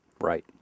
Right